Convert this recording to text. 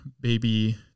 baby